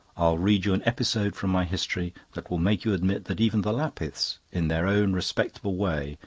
i'll read you an episode from my history that will make you admit that even the lapiths, in their own respectable way,